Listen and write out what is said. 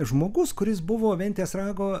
žmogus kuris buvo ventės rago